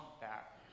back